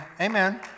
amen